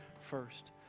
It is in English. first